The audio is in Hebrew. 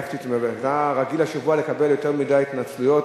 אתה רגיל השבוע לקבל יותר מדי התנצלויות,